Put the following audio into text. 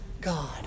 God